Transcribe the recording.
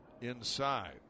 inside